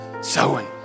Sowing